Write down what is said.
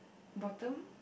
bottom